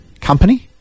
company